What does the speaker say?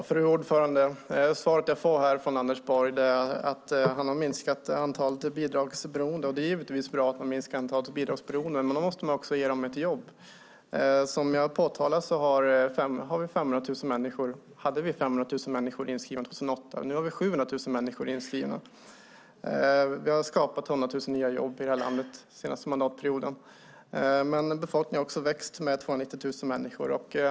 Fru talman! Svaret jag får här från Anders Borg är att han har minskat antalet bidragsberoende. Det är givetvis bra att antalet bidragsberoende minskas, men man måste också ge dem jobb. Som jag tidigare påtalat hade vi 500 000 människor inskrivna år 2008. Nu har vi 700 000 människor inskrivna. Vi har skapat 100 000 nya jobb i det här landet under den senaste mandatperioden. Men befolkningen har samtidigt växt med 290 000 personer.